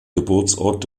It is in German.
geburtsort